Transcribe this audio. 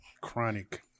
Chronic